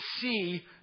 see